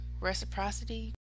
reciprocity